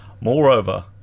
Moreover